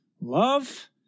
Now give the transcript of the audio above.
love